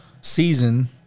season